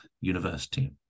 University